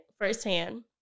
firsthand